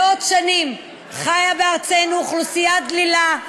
מאות שנים חיה בארצנו אוכלוסייה דלילה,